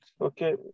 okay